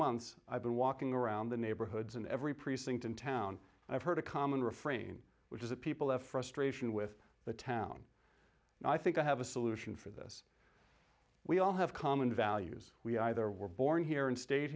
months i've been walking around the neighborhoods in every precinct in town and i've heard a common refrain which is that people have frustration with the town and i think i have a solution for this we all have common values we either were born here and stayed